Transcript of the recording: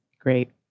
Great